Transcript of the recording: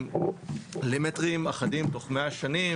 אפילו למטרים אחדים תוך מאה שנים,